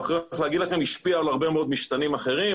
יכול להגיד לכם שזה השפיע על הרבה מאוד משתנים אחרים,